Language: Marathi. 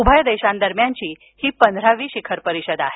उभय देशांदरम्यानची ही पंधरावी शिखर परिषद आहे